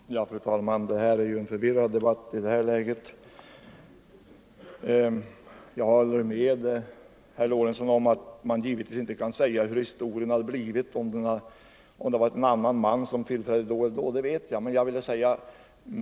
Nr 120 Fru talman! Debatten är förvirrad i det här läget. Onsdagen den Jag håller med herr Lorentzon om att man givetvis inte kan säga hur 13 hovember 1974 utvecklingen hade blivit om någon annan man hade trätt till då eller I då.